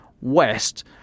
west